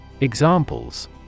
Examples